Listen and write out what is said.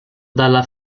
dalla